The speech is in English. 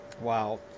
Wow